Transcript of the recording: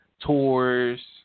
tours